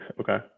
Okay